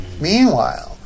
Meanwhile